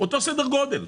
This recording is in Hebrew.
אותו סדר גודל,